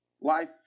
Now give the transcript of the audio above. Life